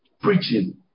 preaching